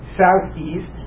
southeast